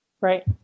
Right